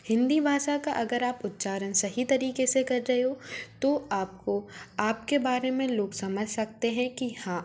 हिन्दी भाषा का उच्चारण आप सही तरीके से कर रहे हो तो आपको आपके बारे में लोग समझ सकते है कि हाँ